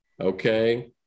okay